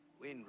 Win